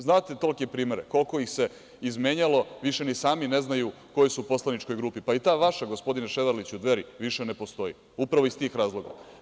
Znate tolike primere, toliko ih se izmenjalo, više ni sami ne znaju u kojoj su poslaničkoj grupi, pa i ta vaša gospodine Ševarliću, Dveri, više ne postoji, a upravo iz tih razloga.